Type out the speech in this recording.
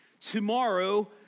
Tomorrow